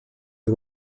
els